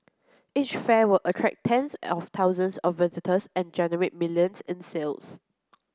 each fair would attract tens of thousands of visitors and generate millions in sales